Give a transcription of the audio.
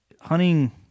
hunting